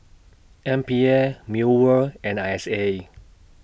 M P A Mewr and I S A